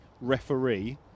referee